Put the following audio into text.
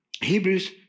Hebrews